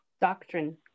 Doctrine